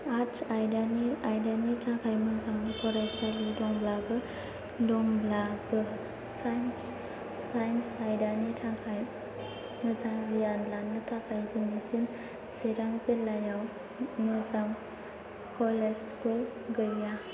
arts आयदानि थाखाय मोजां फरायसालि दंब्लाबो साइन्स आयदानि थाखाय मोजां गियान लानो थाखाय दिनैसिम चिरां जिल्लायाव मोजां कलेज स्कुल गैया